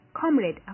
Comrade